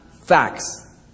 facts